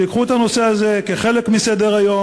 שייקחו את הנושא הזה כחלק מסדר-היום,